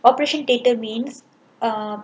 operation data means um